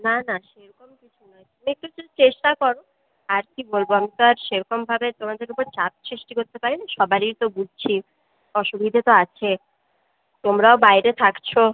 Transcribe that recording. না না সেরকম কিছু নয় তুমি একটু জাস্ট চেষ্টা করো আর কী বলব আমি তো আর সেরকমভাবে তোমাদের উপর চাপ সৃষ্টি করতে পারি না সবারই তো বুঝছি অসুবিধে তো আছে তোমরাও বাইরে থাকছ